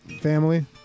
Family